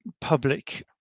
public